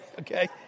okay